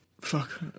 Fuck